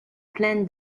pleine